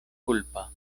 kulpa